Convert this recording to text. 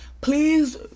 Please